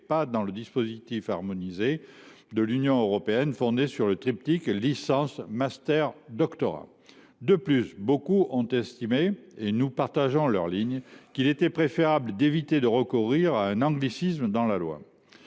pas dans le dispositif harmonisé de l’Union européenne, fondé sur le triptyque licence master doctorat. De plus, beaucoup ont estimé – et nous partageons leur point de vue – qu’il était préférable d’éviter de recourir à un anglicisme dans la loi.